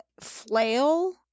flail